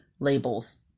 labels